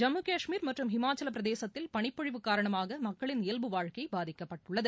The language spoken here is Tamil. ஜம்மு கஷ்மீர் மற்றும் இமாச்சல பிரதேசத்தில் பனிப்பொழிவு காரணமாக மக்களின் இயல்பு வாழ்க்கை பாதிக்கப்பட்டுள்ளது